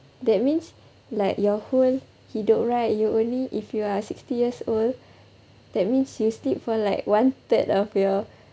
that means like your whole hidup right you only if you are sixty years old that means you sleep for like one third of your